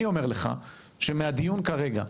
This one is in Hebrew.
אני אומר לך, שבדיון כרגע,